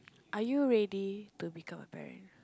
are you ready to become a parent